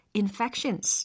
infections